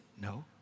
No